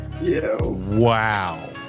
wow